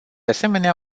asemenea